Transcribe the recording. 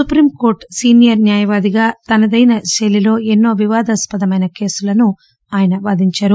supreme court senior న్యాయవాదిగా తనదైన శైలీలో ఎన్నో వివాదాస్పదమైన కేసులను ఆయన వాదించారు